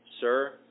Sir